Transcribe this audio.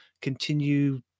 continue